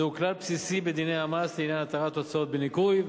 זהו כלל בסיסי בדיני המס לעניין התרת הוצאות בניכוי,